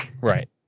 right